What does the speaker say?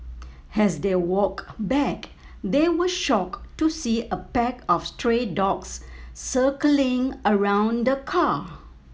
as they walked back they were shocked to see a pack of stray dogs circling around the car